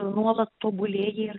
nuolat tobulėji